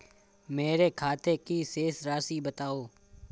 मेरे खाते की शेष राशि बताओ?